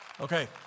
Okay